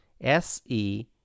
S-E